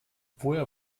woher